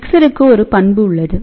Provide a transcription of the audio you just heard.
மிக்சருக்குஒரு பண்பு உள்ளது